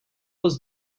was